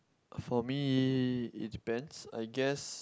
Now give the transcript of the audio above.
for me it depends I guess